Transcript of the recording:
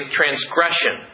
transgression